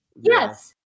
yes